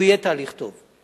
הוא יהיה תהליך טוב.